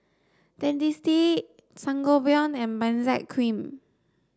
Dentiste Sangobion and Benzac cream